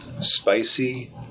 spicy